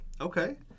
Okay